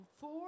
four